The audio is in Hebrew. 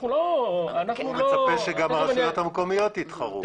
הוא מצפה שגם הרשויות המקומיות יתחרו.